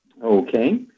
Okay